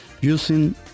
using